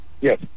Yes